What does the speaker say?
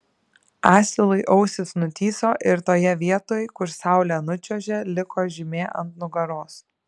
asilui ausys nutįso ir toje vietoj kur saulė nučiuožė liko žymė ant nugaros